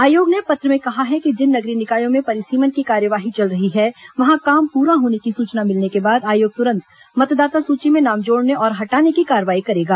आयोग ने पत्र में कहा है कि जिन नगरीय निकायों में परिसीमन की कार्यवाही चल रही है वहां काम प्ररा होने की सूचना मिलने के बाद आयोग तुरंत मतदाता सूची में नाम जोड़ने और हटाने की कार्रवाई करेगा